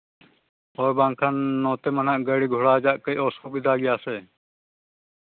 ᱦᱳᱭ ᱵᱟᱝᱠᱷᱟᱱ ᱱᱚᱛᱮ ᱢᱟ ᱱᱟᱦᱟᱜ ᱜᱟᱹᱲᱤ ᱜᱷᱳᱲᱟ ᱨᱮᱭᱟᱜ ᱠᱟᱹᱡ ᱚᱥᱩᱵᱤᱫᱷᱟ ᱜᱮᱭᱟ ᱥᱮ